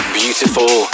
beautiful